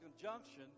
conjunction